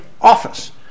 Office